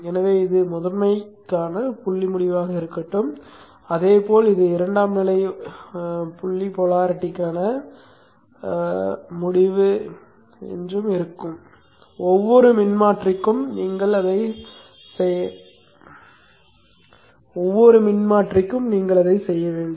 எனவே இது முதன்மைக்கான புள்ளி முடிவாக இருக்கட்டும் அதேபோல் இது இரண்டாம் நிலை ஒதுக்கும் புள்ளி போலாரிட்டிக்கான புள்ளி முடிவும் மிகவும் முக்கியமானது ஒவ்வொரு மின்மாற்றிக்கும் நீங்கள் அதைச் செய்ய வேண்டும்